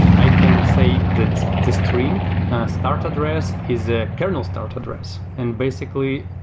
i can say that the string start address is a kernel start address. and basically,